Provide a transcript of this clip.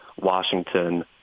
Washington